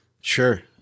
Sure